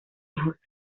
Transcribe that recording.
hijos